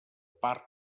parc